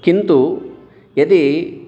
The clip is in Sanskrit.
किन्तु यदि